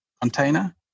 container